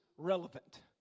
relevant